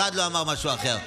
אחד לא אמר משהו אחר.